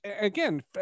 again